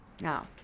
now